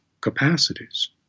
capacities